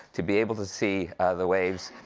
to be able to see the waves.